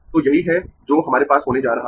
तो यही है जो हमारे पास होने जा रहा है